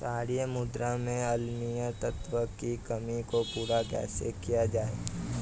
क्षारीए मृदा में अम्लीय तत्वों की कमी को पूरा कैसे किया जाए?